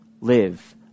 live